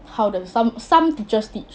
how the some some teachers teach